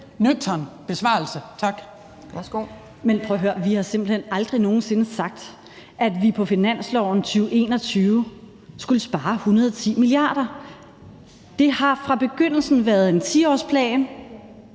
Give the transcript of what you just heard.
Pernille Vermund (NB): Men prøv at høre: Vi har simpelt hen aldrig nogen sinde sagt, at vi på finansloven for 2021 skulle spare 110 mia. kr. Det har fra begyndelsen været en 10-årsplan.